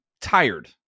tired